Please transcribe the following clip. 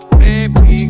baby